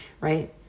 right